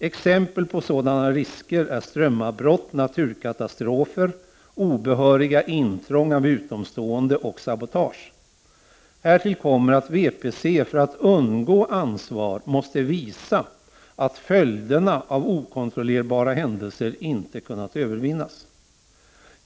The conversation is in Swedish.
Exempel på sådana risker är strömavbrott, naturkatastrofer, obehöriga intrång av utomstående och sabotage. Härtill kommer att VPC för att undgå ansvar måste visa att följderna av okontrollerbara händelser inte kunnat övervinnas.